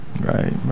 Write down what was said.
right